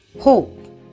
Hope